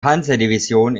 panzerdivision